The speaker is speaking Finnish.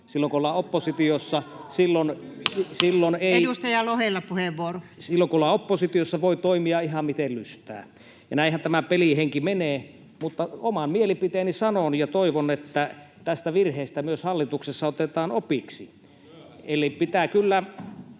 Silloin kun ollaan oppositiossa... [Välihuutoja perussuomalaisten ryhmästä — Puhemies koputtaa] Silloin kun ollaan oppositiossa, voi toimia ihan miten lystää, ja näinhän tämä pelin henki menee. — Mutta oman mielipiteeni sanon ja toivon, että tästä virheestä myös hallituksessa otetaan opiksi, [Oikealta: